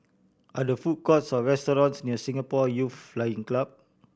are there food courts or restaurants near Singapore Youth Flying Club